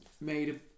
made